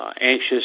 anxious